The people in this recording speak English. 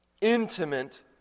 intimate